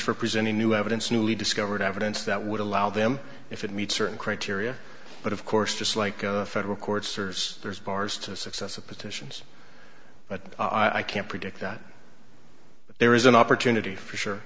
for presenting new evidence newly discovered evidence that would allow them if it meets certain criteria but of course just like a federal court serves there's bars to successive petitions but i can't predict that but there is an opportunity for sure